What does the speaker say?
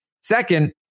Second